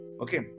Okay